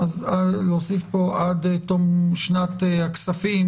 להוסיף פה עד תום שנת הכספים